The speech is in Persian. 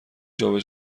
جابه